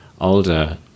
older